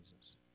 Jesus